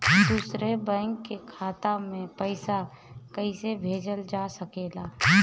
दूसरे बैंक के खाता में पइसा कइसे भेजल जा सके ला?